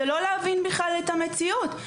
זה לא להבין בכלל את המציאות.